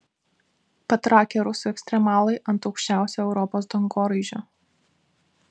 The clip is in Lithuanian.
patrakę rusų ekstremalai ant aukščiausio europos dangoraižio